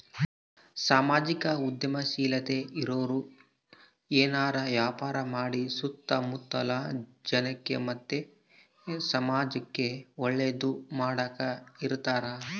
ಸಾಮಾಜಿಕ ಉದ್ಯಮಶೀಲತೆ ಇರೋರು ಏನಾರ ವ್ಯಾಪಾರ ಮಾಡಿ ಸುತ್ತ ಮುತ್ತಲ ಜನಕ್ಕ ಮತ್ತೆ ಸಮಾಜುಕ್ಕೆ ಒಳ್ಳೇದು ಮಾಡಕ ಇರತಾರ